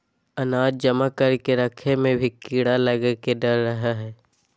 अनाज जमा करके रखय मे भी कीड़ा लगय के डर रहय हय